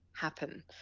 happen